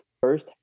first